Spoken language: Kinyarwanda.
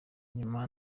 nyuma